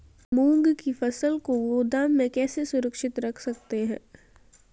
मूंग की फसल को गोदाम में कैसे सुरक्षित रख सकते हैं?